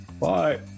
Bye